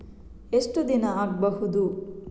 ಎಷ್ಟು ದಿನ ಆಗ್ಬಹುದು?